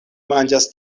manĝas